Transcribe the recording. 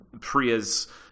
Priya's